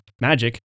magic